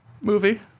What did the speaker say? movie